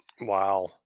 Wow